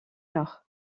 nord